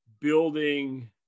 building